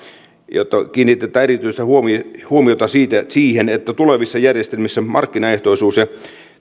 että kiinnitetään erityistä huomiota huomiota siihen että tulevissa järjestelmissä markkinaehtoisuus ja